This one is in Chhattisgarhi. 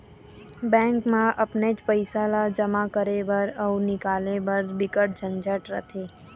बैंक म अपनेच पइसा ल जमा करे बर अउ निकाले बर बिकट झंझट रथे